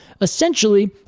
Essentially